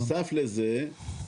- -בנוסף לזה,